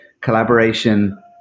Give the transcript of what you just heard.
collaboration